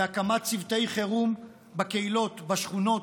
בהקמת צוותי חירום בקהילות, בשכונות,